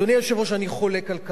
אדוני היושב-ראש, אני חולק על כך.